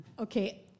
Okay